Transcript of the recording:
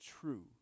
true